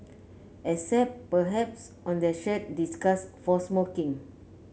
except perhaps on their shared disgust for smoking